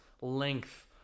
length